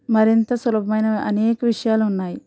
మరింత సులభమైన అనేక విషయాలు ఉన్నాయి